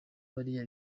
biriya